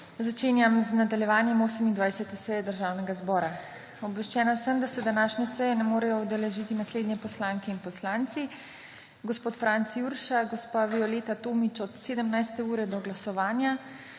Začenjam z nadaljevanjem 28. seje Državnega zbora. Obveščena sem, da se današnje seje ne morejo udeležiti naslednje poslanke in poslanci: Franc Jurša, Violeta Tomić od 17. ure do glasovanja,